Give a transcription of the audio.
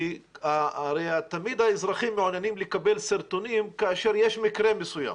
כי הרי תמיד האזרחים מעוניינים לקבל סרטונים כאשר יש מקרה מסוים,